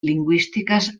lingüístiques